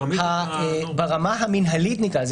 ברמה המינהלית נקרא לזה,